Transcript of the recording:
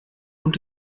und